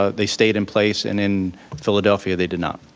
ah they stayed in place, and in philadelphia they did not.